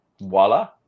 voila